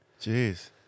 Jeez